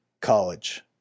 college